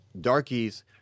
darkies